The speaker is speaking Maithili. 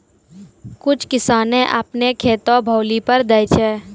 कुछ किसाने अपनो खेतो भौली पर दै छै